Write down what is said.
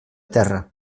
terra